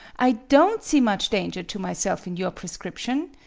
i don't see much danger to myself in your prescrip tion.